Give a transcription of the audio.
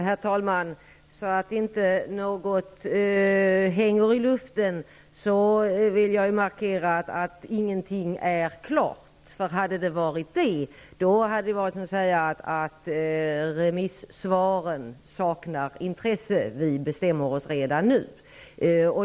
Herr talman! För att inte något skall hänga i luften vill jag markera att ingenting är klart. Om det hade varit det, hade det varit att säga att remissvaren saknar intresse och att vi bestämmer oss redan nu.